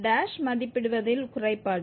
f மதிப்பிடுவதில் குறைபாடு